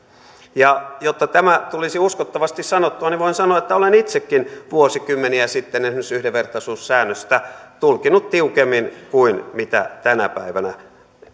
jotta tämä tulisi uskottavasti sanottua niin voin sanoa että olen itsekin vuosikymmeniä sitten esimerkiksi yhdenvertaisuussäännöstä tulkinnut tiukemmin kuin mitä tänä päivänä